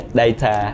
data